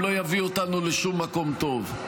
גם לא יביא אותנו לשום מקום טוב.